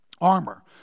armor